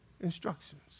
instructions